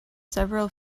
several